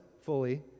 fully